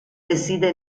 decide